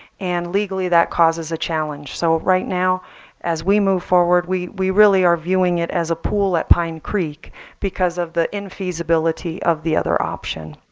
and legally that causes a challenge. so right now as we move forward we we really are viewing it as a pool at pine creek because of the infeasibility of the other option.